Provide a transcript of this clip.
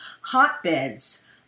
hotbeds